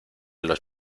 los